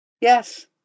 yes